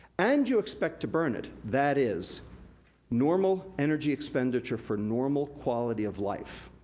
and you expect to burn it, that is normal energy expenditure for normal quality of life.